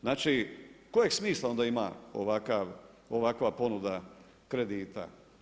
Znači kojeg smisla onda ima ovakva ponuda kredita?